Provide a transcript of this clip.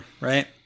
Right